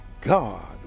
God